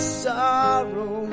sorrow